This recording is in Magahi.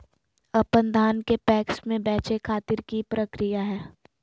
अपन धान के पैक्स मैं बेचे खातिर की प्रक्रिया हय?